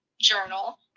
journal